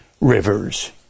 rivers